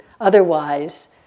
Otherwise